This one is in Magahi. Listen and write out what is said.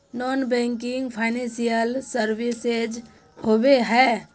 नॉन बैंकिंग फाइनेंशियल सर्विसेज होबे है?